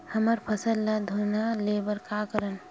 हमर फसल ल घुना ले बर का करन?